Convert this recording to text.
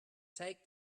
take